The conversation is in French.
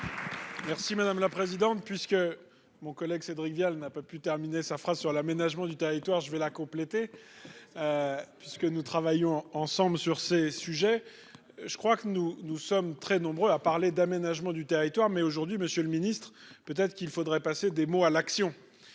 Merci madame la présidente, puisque mon collègue Cédric Vial n'a pas pu terminer sa phrase sur l'aménagement du territoire je vais la compléter. Puisque nous travaillons ensemble sur ces sujets, je crois que nous nous sommes très nombreux à parler d'aménagement du territoire, mais aujourd'hui Monsieur le Ministre, peut-être qu'il faudrait passer des mots à l'action